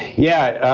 yeah,